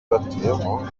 batuyemo